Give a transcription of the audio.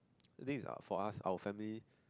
I think its for us our family